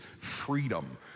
freedom